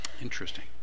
interesting